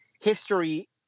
history